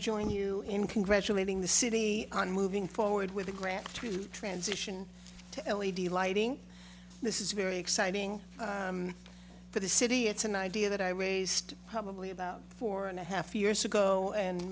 join you in congratulating the city on moving forward with a grant to transition to l a the lighting this is very exciting for the city it's an idea that i raised probably about four and a half years ago and